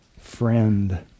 friend